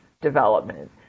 development